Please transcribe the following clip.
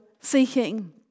seeking